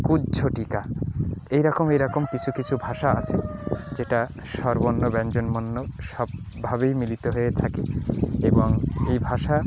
কুজ্ঝটিকা এই রকম এইরকম কিছু কিছু ভাষা আছে যেটা স্বরবর্ণ ব্যঞ্জনবর্ণ সবভাবেই মিলিত হয়ে থাকে এবং এই ভাষা